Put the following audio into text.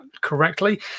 correctly